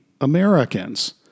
Americans